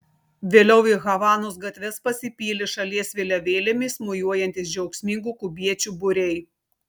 vėliau į havanos gatves pasipylė šalies vėliavėlėmis mojuojantys džiaugsmingų kubiečių būriai